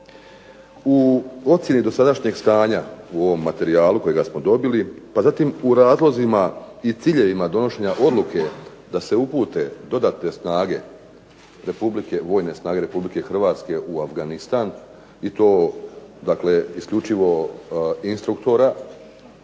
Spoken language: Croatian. U ocjeni dosadašnjeg stanja u materijalima koje smo dobili pa zatim u razlozima i ciljevima donošenja odluke da se upute dodatne snage Republike Hrvatske u Afganistan i to dakle isključivo instruktora,